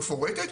מפורטת,